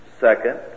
Second